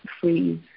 Freeze